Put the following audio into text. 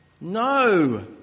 No